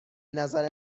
نظر